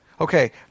Okay